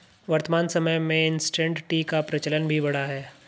वर्तमान समय में इंसटैंट टी का प्रचलन भी बढ़ा है